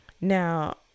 Now